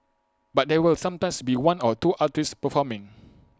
but there will sometimes be one or two artists performing